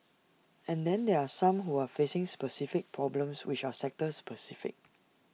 and then there are some who are facing specific problems which are sector specific